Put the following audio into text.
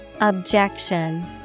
Objection